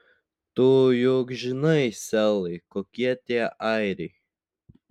tu juk žinai selai kokie tie airiai